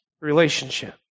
relationship